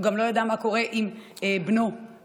הוא גם לא ידע מה קורה עם בנו ואשתו